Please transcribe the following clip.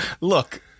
Look